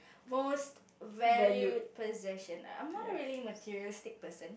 most valued possession I'm not a really materialistic person